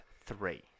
three